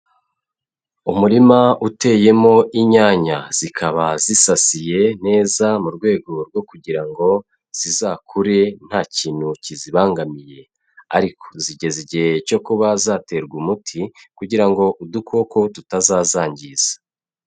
Umurima uteyemo inyanya zikaba zisasiye neza mu rwego rwo kugira ngo zizakure nta kintu kizibangamiye, ariko zigeze igihe cyo kuba zaterwa umuti kugira ngo udukoko tutazazangiza.